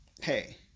hey